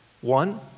One